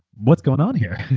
what's going on here?